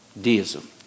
deism